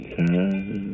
time